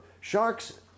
Sharks